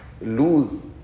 Lose